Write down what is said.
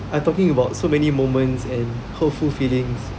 I talking about so many moments and hurtful feelings